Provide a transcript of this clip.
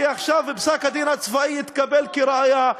כי עכשיו פסק-הדין הצבאי יתקבל כראיה,